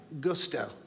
gusto